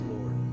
Lord